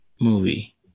movie